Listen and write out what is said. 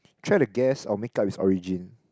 try to guess or make-up it's origin